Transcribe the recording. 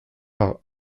par